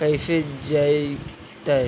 कैसे जइतै?